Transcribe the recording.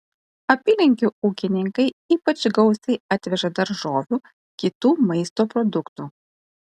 apylinkių ūkininkai ypač gausiai atveža daržovių kitų maisto produktų